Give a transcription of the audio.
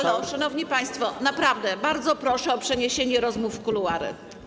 Halo, szanowni państwo, naprawdę bardzo proszę o przeniesienie rozmów w kuluary.